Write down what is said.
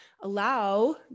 allow